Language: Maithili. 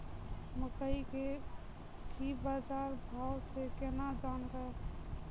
मकई के की बाजार भाव से केना जानवे?